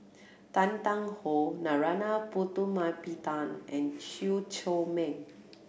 Tan Tarn How Narana Putumaippittan and Chew Chor Meng